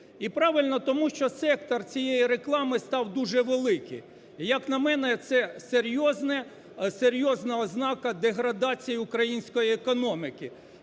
І правильно, тому що сектор цієї реклами став дуже великий. І, як на мене, це серйозне, серйозна ознака деградації української економіки,